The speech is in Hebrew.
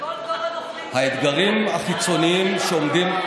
בכל דור יש את, האתגרים החיצוניים שעומדים,